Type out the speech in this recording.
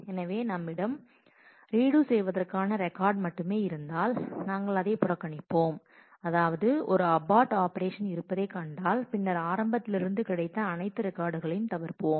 எனவே நம்மிடம் ரீடு செய்வதற்கான ரெக்கார்டு மட்டுமே இருந்தால் நாங்கள் அதைப் புறக்கணிப்போம் அதாவது ஒரு அபார்ட் ஆபரேஷன் இருப்பதை கண்டால் பின்னர் ஆரம்பத்திலிருந்து கிடைத்த அனைத்து ரெக்கார்டுகளையும் தவிர்ப்போம்